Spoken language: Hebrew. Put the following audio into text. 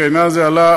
כי העניין הזה עלה,